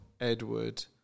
Edward